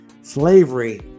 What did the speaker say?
slavery